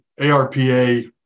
ARPA